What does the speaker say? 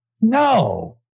No